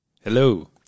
Hello